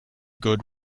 good